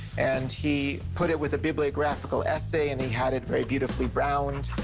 and he put it with a bibliographical essay, and he had it very beautifully browned.